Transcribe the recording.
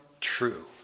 true